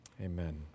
Amen